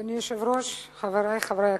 אדוני היושב-ראש, חברי חברי הכנסת,